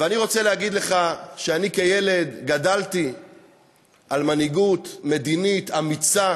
ואני רוצה לומר לך שכילד גדלתי על מנהיגות מדינית אמיצה